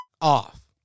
off